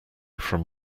from